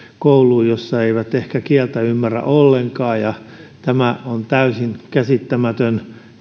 kouluun jossa eivät ehkä kieltä ymmärrä ollenkaan on täysin käsittämätöntä